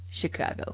chicago